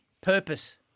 purpose